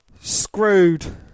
screwed